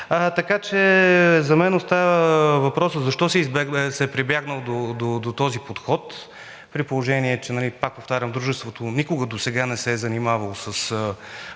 „Терем“. За мен остава въпросът: защо се е прибягнало до този подход, при положение че, пак повтарям, Дружеството никога досега не се е занимавало с